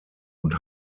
und